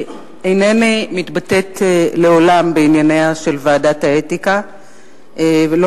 אינני מתבטאת לעולם בענייניה של ועדת האתיקה ולא